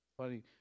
funny